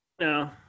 No